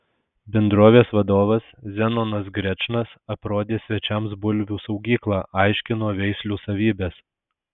bendrovės vadovas zenonas grečnas aprodė svečiams bulvių saugyklą aiškino veislių savybes